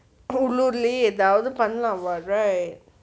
உள்ளூரிலேயே எதாவது பண்ணலாம்:ullurulaye ethaavathu pannalaam lah what right